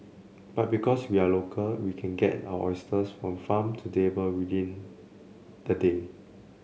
but because we are local we can get our oysters from farm to table within the day